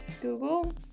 Google